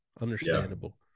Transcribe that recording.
Understandable